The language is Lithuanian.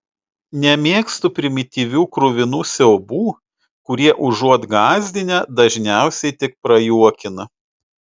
nemėgstu primityvių kruvinų siaubų kurie užuot gąsdinę dažniausiai tik prajuokina